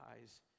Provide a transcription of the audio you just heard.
eyes